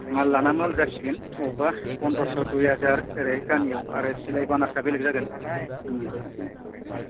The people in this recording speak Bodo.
माल लाना माल जासिगोन बबेबा फन्द्रस' दुइ हाजार ओरै आरो गामियाव आरो सिलाय बानासा बेलेग जागोन